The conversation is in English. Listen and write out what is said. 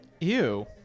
Ew